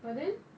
but then